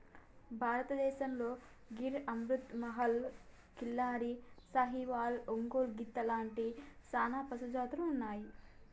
భారతదేసంతో గిర్ అమృత్ మహల్, కిల్లారి, సాహివాల్, ఒంగోలు గిత్త లాంటి సానా పశుజాతులు ఉన్నాయి